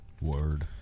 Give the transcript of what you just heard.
Word